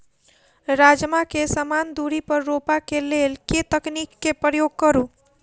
राजमा केँ समान दूरी पर रोपा केँ लेल केँ तकनीक केँ प्रयोग करू?